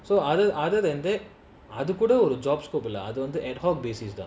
so other other than that வந்துஅதுகூடஒரு:vandhu adhukooda oru the job scope lah don't want the ad hoc basis